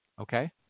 Okay